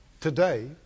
today